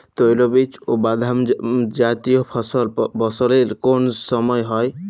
তৈলবীজ ও বাদামজাতীয় ফসল বছরের কোন সময় হয়?